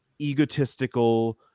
egotistical